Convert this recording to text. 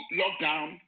lockdown